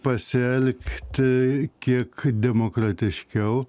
pasielgti kiek demokratiškiau